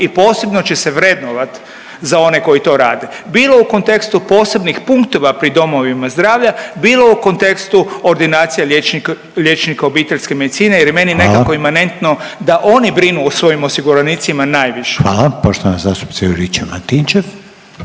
i posebno će se vrednovati za one koji to rade. Bilo u kontekstu posebnih punktova pri domovima zdravlja, bilo u kontekstu ordinacija liječnika obiteljske medicine …/Upadica: Hvala./… jer je meni nekako imanentno da oni brinu o svoji osiguranicima najviše. **Reiner, Željko (HDZ)** Hvala. Poštovana zastupnica Juričev Martinčev.